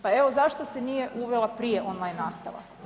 Pa evo, zašto se nije uvela prije online nastava?